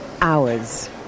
hours